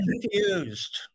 confused